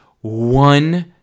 one